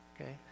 okay